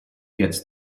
gets